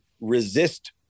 resist